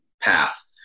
path